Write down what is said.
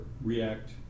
react